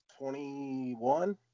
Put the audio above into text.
21